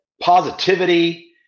positivity